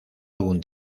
algún